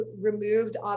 removed